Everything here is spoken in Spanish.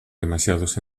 demasiados